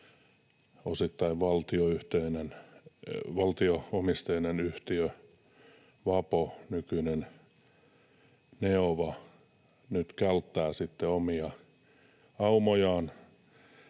osittain valtio-omisteinen yhtiö Vapo, nykyinen Neova, nyt käyttää omia aumojaan